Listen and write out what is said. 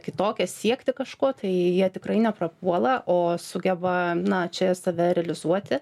kitokias siekti kažko tai jie tikrai neprapuola o sugeba na čia save realizuoti